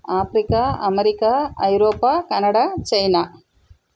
Africa America Europe Canada China